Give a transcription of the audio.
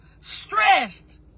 stressed